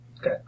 Okay